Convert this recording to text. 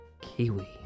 Kiwi